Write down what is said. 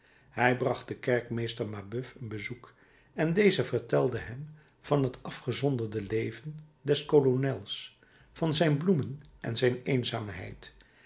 hij bracht den kerkmeester mabeuf een bezoek en deze vertelde hem van het afgezonderde leven des kolonels van zijn bloemen en zijn eenzaamheid